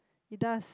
it does